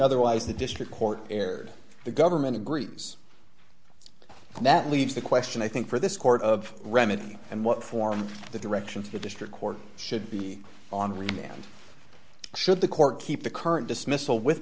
otherwise the district court erred the government agrees and that leaves the question i think for this court of remedy and what form the direction the district court should be on remand should the court keep the current dismissal with